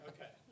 Okay